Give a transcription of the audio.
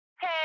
Hey